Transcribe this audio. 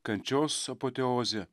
kančios apoteozė